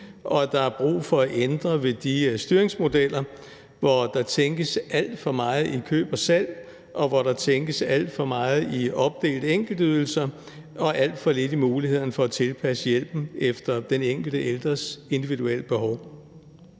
der er brug for at ændre ved de styringsmodeller, hvor der tænkes alt for meget i køb og salg, og hvor der tænkes alt for meget i opdelte enkeltydelser og alt for lidt i mulighederne for at tilpasse hjælpen efter den enkelte ældres individuelle behov.